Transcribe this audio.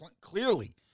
clearly